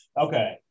Okay